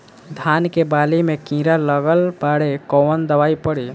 धान के बाली में कीड़ा लगल बाड़े कवन दवाई पड़ी?